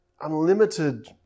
unlimited